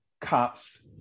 cops